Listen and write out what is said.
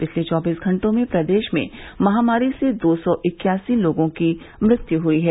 पिछले चौबीस घंटों में प्रदेश में महामारी से दो सौ इक्यासी लोगों की मृत्यु हुयी है